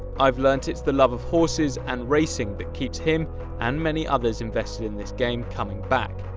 i've learnt it's the love of horses and racing that keeps him and many others invested in this game coming back.